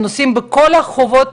הנושאים בכל החובות